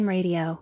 Radio